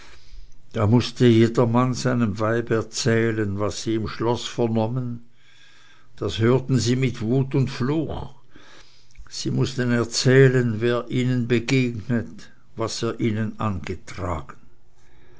da mußte jeder mann seinem weibe erzählen was sie im schloß vernommen das hörten sie mit wut und fluch sie mußten erzählen wer ihnen begegnet was er ihnen angetragen